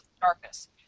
darkness